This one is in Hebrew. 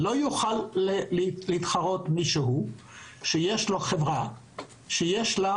לא יוכל להתחרות מישהו שיש לו חברה שיש לה